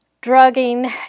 drugging